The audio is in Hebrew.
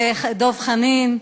ודב חנין.